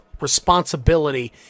responsibility